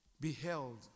beheld